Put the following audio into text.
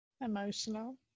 Emotional